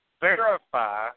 verify